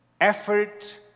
effort